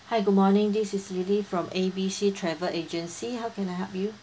hi good morning this is lily from A B C travel agency how can I help you